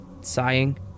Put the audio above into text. Sighing